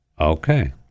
Okay